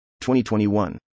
2021